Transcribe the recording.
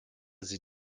sie